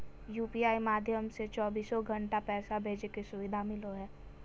UPI माध्यम से चौबीसो घण्टा पैसा भेजे के सुविधा मिलो हय